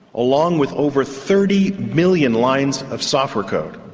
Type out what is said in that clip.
along with over thirty million lines of software code.